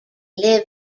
live